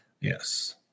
Yes